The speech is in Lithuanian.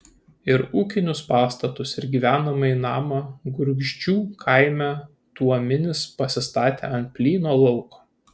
ir ūkinius pastatus ir gyvenamąjį namą gurgždžių kaime tuominis pasistatė ant plyno lauko